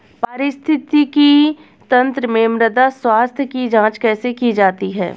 पारिस्थितिकी तंत्र में मृदा स्वास्थ्य की जांच कैसे की जाती है?